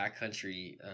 backcountry